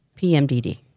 PMDD